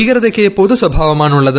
ഭീകരതയ്ക്ക് പൊതു സ്വഭാവമാണുള്ളത്